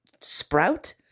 sprout